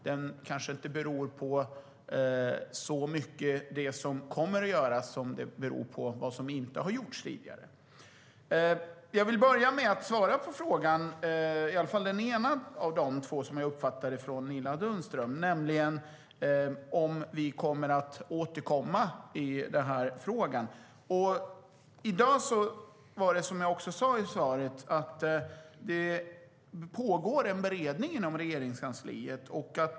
Den kanske inte så mycket beror på det som kommer att göras som på det som inte har gjorts tidigare. Som jag sa i svaret pågår i dag en beredning inom Regeringskansliet.